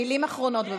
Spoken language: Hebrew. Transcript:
מילים אחרונות.